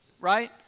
right